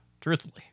truthfully